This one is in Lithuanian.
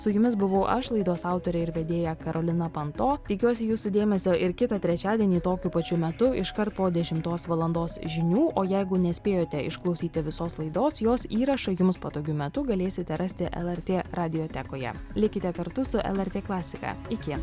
su jumis buvoau aš laidos autorė ir vedėja karolina panto tikiuosi jūsų dėmesio ir kitą trečiadienį tokiu pačiu metu iškart po dešimtos valandos žinių o jeigu nespėjote išklausyti visos laidos jos įrašą jums patogiu metu galėsite rasti lrt radiotekoje likite kartu su lrt klasiką iki